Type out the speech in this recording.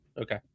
Okay